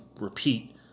repeat